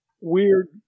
weird